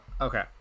okay